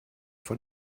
von